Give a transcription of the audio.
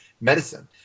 medicine